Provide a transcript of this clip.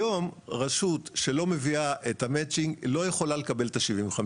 היום רשות שלא מביאה את המצ'ינג לא יכולה לקבל את ה-75%.